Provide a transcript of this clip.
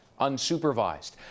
unsupervised